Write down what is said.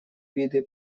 виды